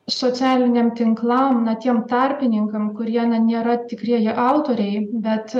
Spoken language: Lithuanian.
socialiniam tinklam na tiem tarpininkam kurie nėra tikrieji autoriai bet